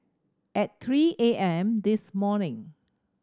at three A M this morning